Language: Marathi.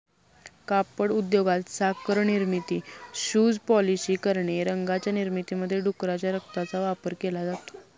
कापड उद्योगात, साखर निर्मिती, शूज पॉलिश करणे, रंगांच्या निर्मितीमध्ये डुकराच्या रक्ताचा वापर केला जातो